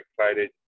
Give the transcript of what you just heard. excited